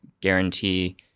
guarantee